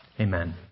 Amen